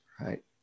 right